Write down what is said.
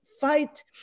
fight